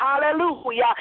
Hallelujah